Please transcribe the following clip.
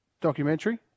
documentary